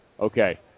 okay